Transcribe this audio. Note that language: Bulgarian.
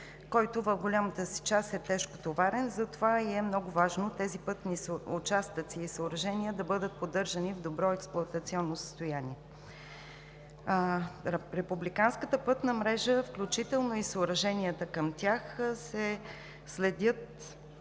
който в голямата си част е тежкотоварен, и затова е много важно тези пътни участъци и съоръжения да бъдат поддържани в добро експлоатационно състояние. Републиканската пътна мрежа, включително и съоръженията към тях, се следят